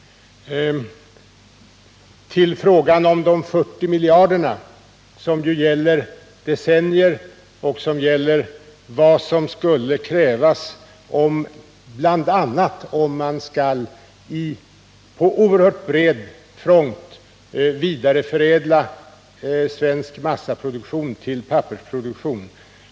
Till frågan om de 40 miljarderna som ju gäller decennier och vad som skulle krävas bl.a. om man på oerhört bred front skall vidareförädla svensk massa till pappersprodukter.